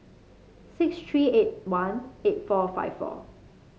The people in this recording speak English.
six three eight one eight four five four